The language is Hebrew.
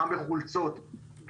גם בחולצות,